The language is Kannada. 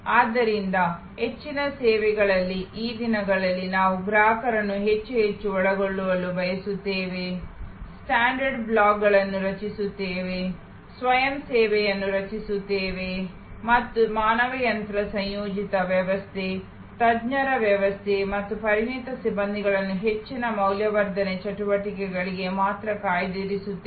ಆದ್ದರಿಂದ ಹೆಚ್ಚಿನ ಸೇವೆಗಳಲ್ಲಿ ಈ ದಿನಗಳಲ್ಲಿ ನಾವು ಗ್ರಾಹಕರನ್ನು ಹೆಚ್ಚು ಹೆಚ್ಚು ಒಳಗೊಳ್ಳಲು ಬಯಸುತ್ತೇವೆ ಸ್ಟ್ಯಾಂಡರ್ಡ್ ಬ್ಲಾಕ್ಗಳನ್ನು ರಚಿಸುತ್ತೇವೆ ಸ್ವಯಂ ಸೇವೆಯನ್ನು ರಚಿಸುತ್ತೇವೆ ಮತ್ತು ಮಾನವ ಯಂತ್ರ ಸಂಯೋಜಿತ ವ್ಯವಸ್ಥೆ ತಜ್ಞರ ವ್ಯವಸ್ಥೆ ಮತ್ತು ಪರಿಣಿತ ಸಿಬ್ಬಂದಿಯನ್ನು ಹೆಚ್ಚಿನ ಮೌಲ್ಯವರ್ಧನೆ ಚಟುವಟಿಕೆಗಳಿಗೆ ಮಾತ್ರ ಕಾಯ್ದಿರಿಸುತ್ತೇವೆ